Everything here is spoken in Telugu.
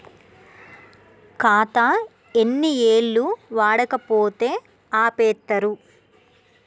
ఖాతా ఎన్ని ఏళ్లు వాడకపోతే ఆపేత్తరు?